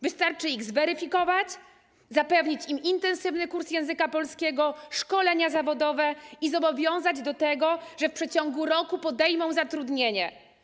Wystarczy ich zweryfikować, zapewnić im intensywny kurs języka polskiego, szkolenia zawodowe i zobowiązać do tego, że w przeciągu roku podejmą zatrudnienie.